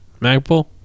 Magpul